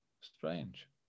Strange